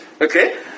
Okay